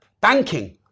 banking